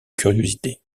curiosités